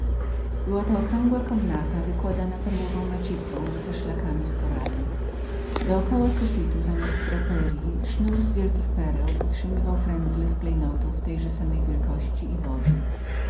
była to okrągła komnata wykładana perłową macicą ze szlakami z korali do koła sufitu sznur z wielkich pereł utrzymywał franzlę z klejnotów tejże samej wielkości i wody